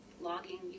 logging